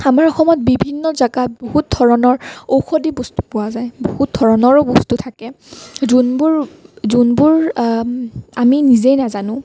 আমাৰ অসমত বিভিন্ন জেগাত বহুত ধৰণৰ ঔষধি বস্তু পোৱা যায় বহুত ধৰণৰো বস্তু থাকে যোনবোৰ যোনবোৰ আমি নিজেই নাজানো